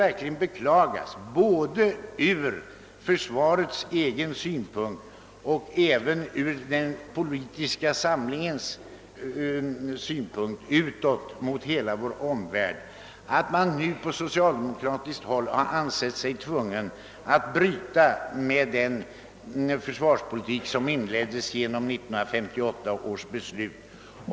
Därför måste man, både ur försvarets egen och den politiska samlingens synpunkt utåt mot hela vår omvärld, beklaga att socialdemokraterna nu har ansett sig tvungna att bryta med den försvarspolitik som inleddes i och med 1958 års beslut.